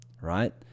right